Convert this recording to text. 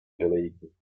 gelegen